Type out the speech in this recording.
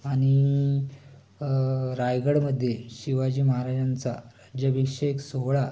आनि रायगडमध्ये शिवाजी महाराजांचा राज्याभिषेक सोहळा